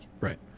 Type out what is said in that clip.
right